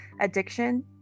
addiction